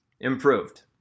Improved